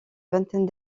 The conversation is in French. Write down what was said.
vingtaine